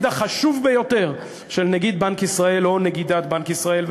החשוב ביותר של נגיד בנק ישראל או נגידת בנק ישראל.